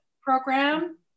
program